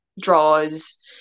draws